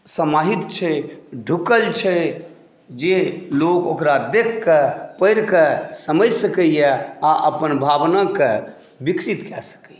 समाहित छैक ढुकल छैक जे लोक ओकरा देखिकऽ पढ़िकऽ समझि सकैए आ अपन भावनाकेँ विकसित कए सकैए